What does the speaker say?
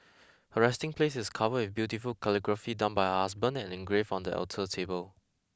her resting place is covered with beautiful calligraphy done by her husband and engraved on the alter table